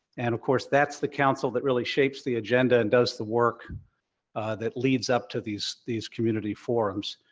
and, of course, that's the council that really shapes the agenda and does the work that leads up to these these community forums.